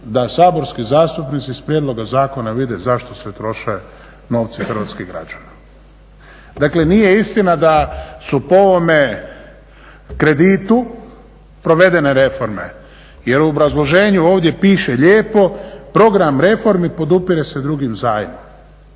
da saborski zastupnici iz prijedloga zakona vide zašto se troše novci hrvatskih građana. Dakle, nije istina da su po ovome kreditu provedene reforme jer u obrazloženju ovdje piše lijepo program reformi podupire se drugim zajmom.